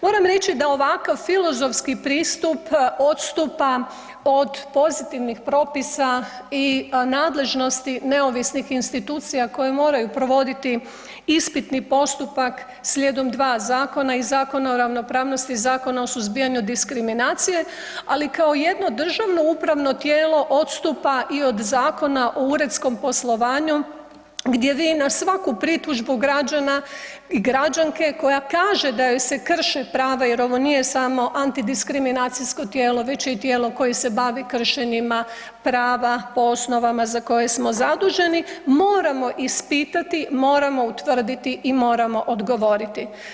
Moram reći da ovakav filozofski pristup odstupa od pozitivnih propisa i nadležnosti neovisnih institucija koje moraju provoditi ispitni postupak slijedom 2 zakona i Zakona o ravnopravnosti i Zakona o suzbijanju diskriminacije, ali kao jedno državno upravo tijelo odstupa i od Zakona o uredskom poslovanju gdje vi na svaku pritužbu građana i građanke koja kaže da joj se krše prava jer ovo nije samo anti diskriminacijsko tijelo već je i tijelo koje se bavi kršenjima prava po osnovama za koje smo zaduženi, moramo ispitati, moramo utvrditi i moramo odgovoriti.